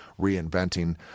reinventing